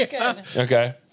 okay